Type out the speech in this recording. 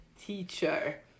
teacher